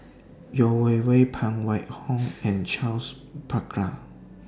Yeo Wei Wei Phan Wait Hong and Charles Paglar